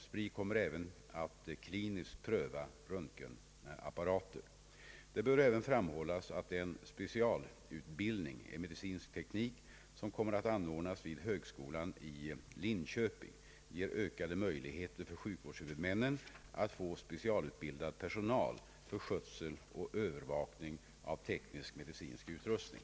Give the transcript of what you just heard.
SPRI kommer även att kliniskt pröva röntgenapparater. Det bör även framhållas att en specialutbildning i medicinsk teknik, som kommer att anordnas vid högskolan i Linköping, ger ökade möjligheter för sjukvårdshuvudmännen att få specialutbildad personal för skötsel och övervakning av teknisk-medicinsk utrustning.